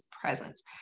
presence